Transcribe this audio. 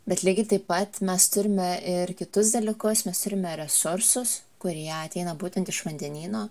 bet lygiai taip pat mes turime ir kitus dalykus mes turime resursus kurie ateina būtent iš vandenyno